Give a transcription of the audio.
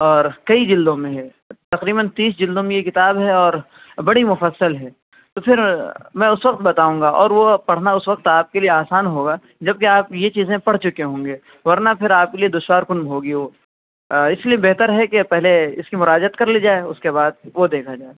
اور کئی جلدوں میں ہے تقریباً تیس جلدوں میں یہ کتاب ہے اور بڑی مفصل ہے پھر میں اس وقت بتاؤں گا اور وہ پڑھنا اس وقت آپ کے لیے آسان ہوگا جبکہ آپ یہ چیزیں پڑھ چکے ہوں گے ورنہ پھر آپ کے لیے دشوار کن ہوگی وہ اس لیے بہتر ہے کہ پہلے اس کی مراجعت کر لی جائے اس کے بعد وہ دیکھا جائے